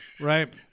Right